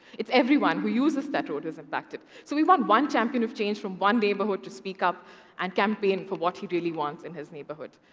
it's everyone who uses that road is impacted. so we want one champion of change from one neighborhood to speak up and campaign for what he really wants in his neighborhood.